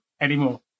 anymore